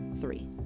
Three